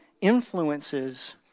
influences